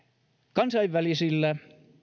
kansainvälisillä